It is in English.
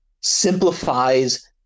simplifies